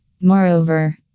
Moreover